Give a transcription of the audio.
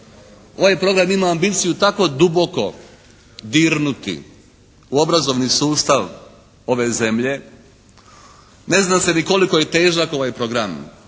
Ovaj program ima ambiciju tako duboko dirnuti u obrazovni sustav ove zemlje, ne zna se ni koliko je težak ovaj program.